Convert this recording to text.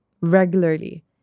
regularly